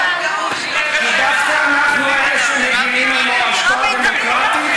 כי דווקא אנחנו אלה שמגינים על מורשתו הדמוקרטית